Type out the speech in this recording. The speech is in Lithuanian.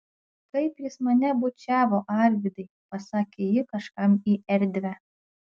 kaip jis mane bučiavo arvydai pasakė ji kažkam į erdvę